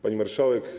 Pani Marszałek!